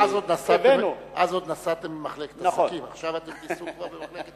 אז עוד נסעתם במחלקת עסקים ועכשיו אתם תיסעו במחלקת